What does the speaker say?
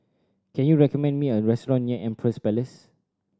can you recommend me a restaurant near Empress Place